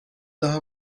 daha